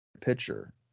pitcher